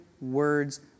words